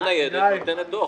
מגיעה ניידת ונותנת דוח.